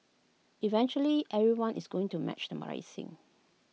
eventually everyone is going to match the